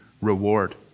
reward